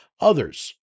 others